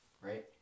Right